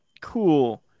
Cool